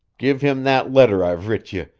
give him that letter i've writ ye,